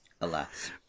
Alas